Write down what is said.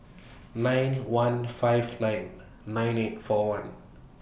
nine one five nine nine eight four one